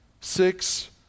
Six